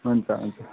हुन्छ हुन्छ